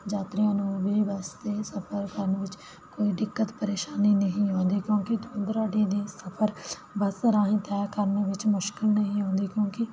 ਯਾਤਰੀਆਂ ਨੂੰ ਵੀ ਬੱਸ 'ਤੇ ਸਫ਼ਰ ਕਰਨ ਵਿੱਚ ਕੋਈ ਦਿੱਕਤ ਪ੍ਰੇਸ਼ਾਨੀ ਨਹੀਂ ਆਉਂਦੀ ਕਿਉਂਕਿ ਦੂਰ ਦੁਰਾਡੇ ਦੇ ਸਫ਼ਰ ਬੱਸ ਰਾਹੀਂ ਤੈਅ ਕਰਨ ਵਿਚ ਮੁਸ਼ਕਿਲ ਨਹੀਂ ਆਉਂਦੀ ਕਿਉਂਕਿ